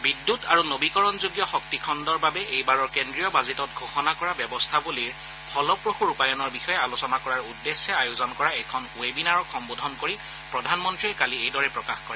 বিদ্যুৎ আৰু নৱীকৰণযোগ্য শক্তি খণুৰ বাবে এইবাৰৰ কেন্দ্ৰীয় বাজেটত ঘোষণা কৰা ব্যৱস্থাবলীৰ ফলপ্ৰসু ৰূপায়ণৰ বিষয়ে আলোচনা কৰাৰ উদ্দেশ্যে আয়োজন কৰা এখন ৱেবিনাৰক সম্বোধন কৰি প্ৰধানমন্ত্ৰীয়ে কালি এইদৰে প্ৰকাশ কৰে